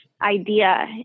idea